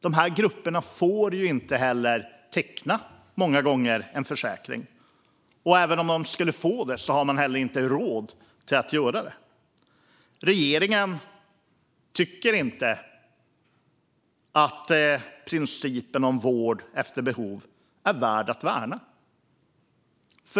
De grupperna får många gånger inte heller teckna en försäkring, och även om de skulle få det har de inte råd att göra det. Regeringen tycker inte att principen om vård efter behov är värd att värna.